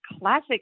classic